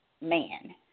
man